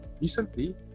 recently